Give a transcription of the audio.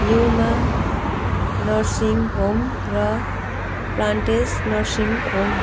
युमा nursing home र planters nursing home